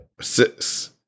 six